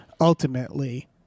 ultimately